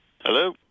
Hello